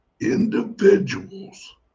individuals